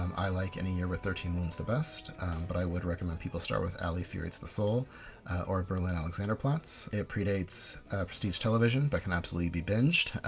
um i like in a year with thirteen moons the best but would recommend people start with ali fear eats the soul or berlin alexanderplatz. it predates prestige television but can absolutely be binged.